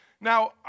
Now